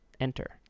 enter